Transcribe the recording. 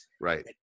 Right